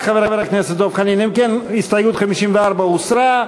לסעיף 4,